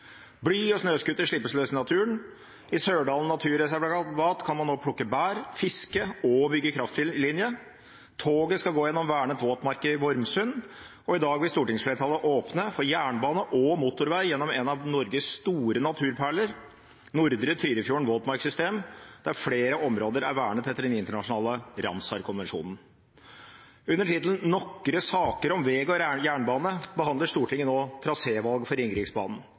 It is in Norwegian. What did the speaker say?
Bly og snøscooter slippes løs i naturen. I Sørdalen naturreservat kan man nå plukke bær, fiske og bygge kraftlinje. Toget skal gå gjennom vernet våtmark i Vormsund, og i dag vil stortingsflertallet åpne for jernbane og motorvei gjennom en av Norges store naturperler, Nordre Tyrifjorden våtmarksystem, der flere områder er vernet etter den internasjonale Ramsar-konvensjonen. Under tittelen «Nokre saker om veg og jernbane» behandler Stortinget nå trasévalg for Ringeriksbanen.